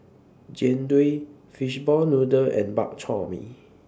Jian Dui Fishball Noodle and Bak Chor Mee